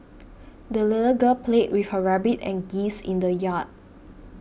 the little girl played with her rabbit and geese in the yard